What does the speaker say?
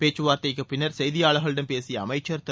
பேச்சுவார்த்தைக்குப் பின்னர் செய்தியாளர்களிடம் பேசிய அமைச்சர் திரு